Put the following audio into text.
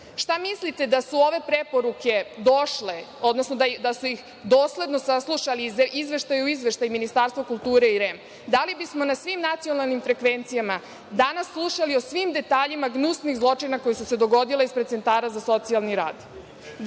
Šta mislite da su ove preporuke došle, odnosno da su ih dosledno saslušali, iz izveštaja u izveštaj, Ministarstvo kulture i REM da li bismo na svim nacionalnim frekvencijama danas slušali o svima detaljima gnusnih zločina koji su se dogodili ispred centara za socijalni rad?